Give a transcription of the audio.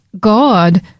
God